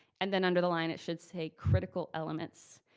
and then under the line it should say, critical elements.